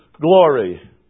glory